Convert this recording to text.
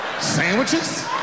Sandwiches